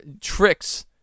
tricks